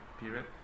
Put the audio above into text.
period